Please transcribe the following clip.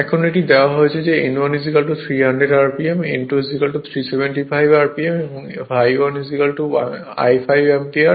এখন এটি দেওয়া হয়েছে n1 300 rpm n2 375 rpm এবং ∅ 1 15 অ্যাম্পিয়ার